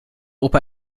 opa